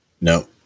No